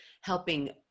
helping